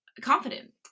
confident